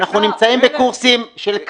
אנחנו נמצאים בקורסים של כב"ה.